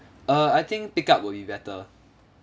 uh I think pick-up will be better lah